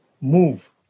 move